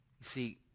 see